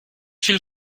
viel